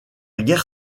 guerre